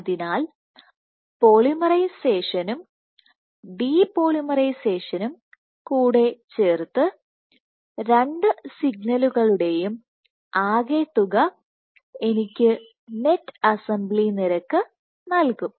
അതിനാൽ പോളിമറൈസേഷനും ഡിപോളിമറൈസേഷനും കൂടെ ചേർത്ത് രണ്ട് സിഗ്നലുകളുടെയും ആകെത്തുക എനിക്ക് നെറ്റ് അസംബ്ലി Net assemblyനിരക്ക് നൽകും